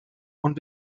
und